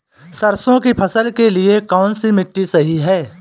सरसों की फसल के लिए कौनसी मिट्टी सही हैं?